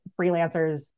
freelancers